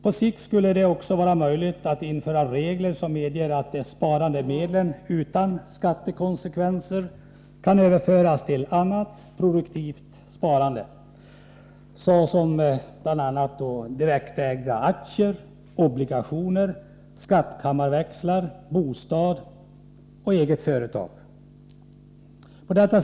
På sikt skulle det också vara möjligt att införa regler som medger att de sparade medlen utan skattekonsekvenser kan överföras till annat produktivt sparande, såsom direktägda aktier, obligationer, skattkammarväxlar, bostad, eget företag m.m.